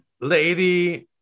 Lady